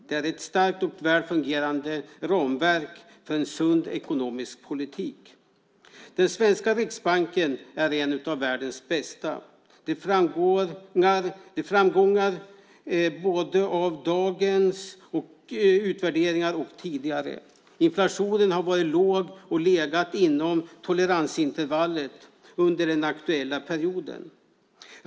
Det är ett starkt och väl fungerande ramverk för en sund ekonomisk politik. Den svenska Riksbanken är en av världens bästa. Det framgår både av dagens utvärdering och av tidigare. Inflationen har varit låg och legat inom toleransintervallet under den aktuella perioden.